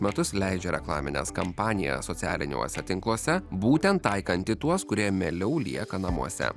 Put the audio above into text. metus leidžia reklamines kampanijas socialiniuose tinkluose būtent taikant į tuos kurie mieliau lieka namuose